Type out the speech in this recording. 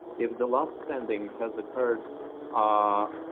if the last sending has occurred ah